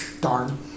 darn